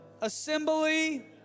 assembly